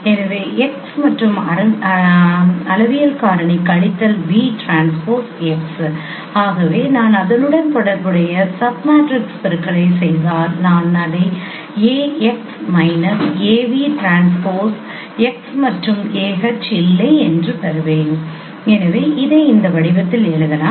எனவே x மற்றும் அளவியல் காரணி கழித்தல் v ட்ரான்ஸ்போஸ் x ஆகவே நான் அதனுடன் தொடர்புடைய சப்மேட்ரிக்ஸ் பெருக்கலைச் செய்தால் நான் அதை Ax minus a v transpose x மற்றும் ah இல்லை என்று பெறுவேன் எனவே இதை இந்த வடிவத்தில் எழுதலாம்